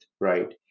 right